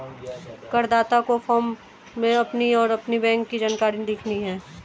करदाता को फॉर्म में अपनी और अपने बैंक की जानकारी लिखनी है